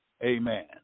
Amen